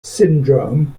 syndrome